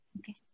Okay